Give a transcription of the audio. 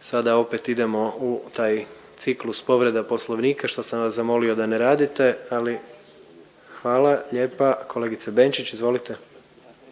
Sada opet idemo u taj ciklus povreda Poslovnika što sam vas zamolio da ne radite. Hvala lijepa. Kolegice Benčić izvolite.